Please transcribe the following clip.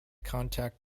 contact